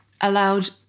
allowed